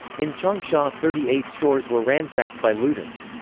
in changsha, thirty eight stores were ransacked by looters.